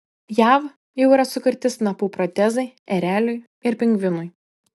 jav jau yra sukurti snapų protezai ereliui ir pingvinui